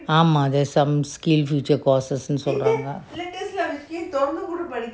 ஆமா:aama some skill future courses சொல்றாங்க:solraanga